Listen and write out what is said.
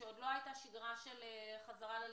כשעוד לא הייתה שגרה של חזרה ללימודים,